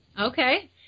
Okay